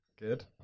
Good